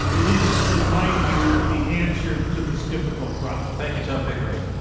it is, in my view, the answer to this difficult problem. thank you, tom pickering.